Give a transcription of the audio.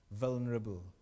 vulnerable